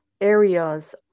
areas